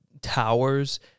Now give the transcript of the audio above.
towers